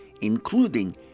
including